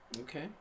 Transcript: Okay